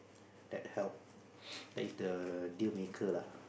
that help that is the dealmaker lah